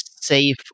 safe